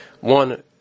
one